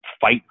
fight